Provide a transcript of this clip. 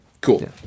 cool